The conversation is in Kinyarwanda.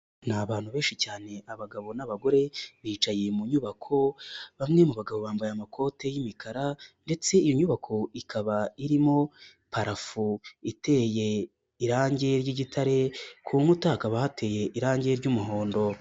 Ni abantu benshi cyane abagabo n'abagore bicaye mu nyubako, bamwe mu bagabo bambaye amakoti y'imikara, ndetse iyi nyubako ikaba irimo parafo iteye irangi ry'igitare, ku nkuta hakaba hateye irangi ry'umuhondo.